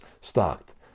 stocked